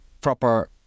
proper